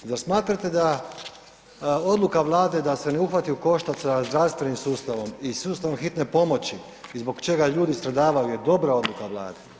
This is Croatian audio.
Dal smatrate da odluka Vlade da se ne uhvati u koštac sa zdravstvenim sustavom i sustavom hitne pomoći i zbog čega ljudi stradavaju je dobra odluka Vlade?